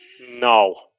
No